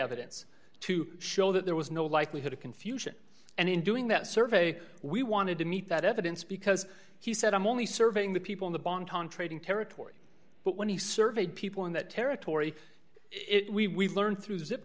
evidence to show that there was no likelihood of confusion and in doing that survey we wanted to meet that evidence because he said i'm only serving the people in the bomb contracting territory but when he surveyed people in that territory we learned through zip